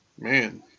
Man